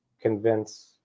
convince